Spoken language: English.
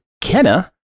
Kenna